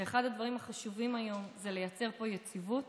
שאחד הדברים החשובים היום זה לייצר פה יציבות